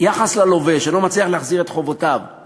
יחס ללווה שלא מצליח להחזיר את חובותיו,